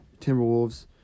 Timberwolves